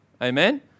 Amen